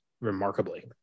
remarkably